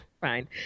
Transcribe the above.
Fine